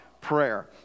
Prayer